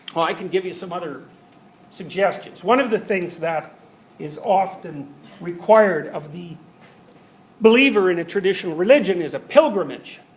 well i can give you some suggestions. one of the things that is often required of the believer in a traditional religion is a pilgrimage.